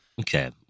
Okay